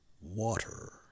water